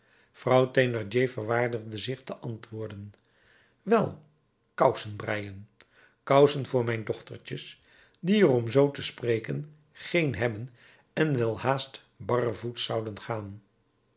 vrouw thénardier verwaardigde zich te antwoorden wel kousen breien kousen voor mijn dochtertjes die er om zoo te spreken geen hebben en welhaast barrevoets zouden gaan